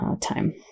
time